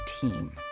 team